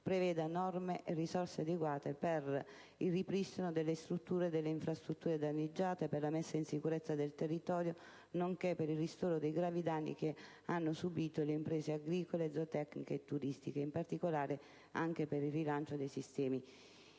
preveda norme e risorse adeguate per il ripristino delle strutture e delle infrastrutture danneggiate, per la messa in sicurezza del territorio, nonche´ per il ristoro dei gravi danni subiti dalle imprese agricole, zootecniche e turistiche e, in particolare, per il rilancio del sistema